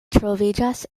troviĝas